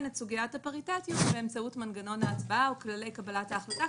את סוגיית הפריטטיות באמצעות מנגנון ההצבעה או כללי קבלת ההחלטה,